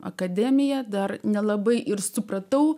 akademiją dar nelabai ir supratau